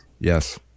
Yes